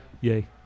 Yay